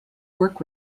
work